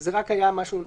זה היה רק משהו נוסחי.